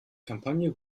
kampagne